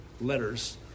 letters